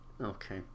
okay